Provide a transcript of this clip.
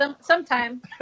Sometime